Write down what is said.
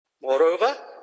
Moreover